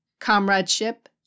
comradeship